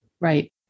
Right